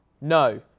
no